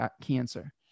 Cancer